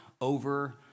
over